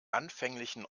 anfänglichen